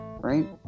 Right